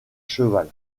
cheval